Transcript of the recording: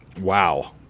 Wow